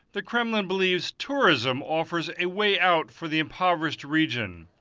the kremlin believes tourism offers a way out for the impoverished region.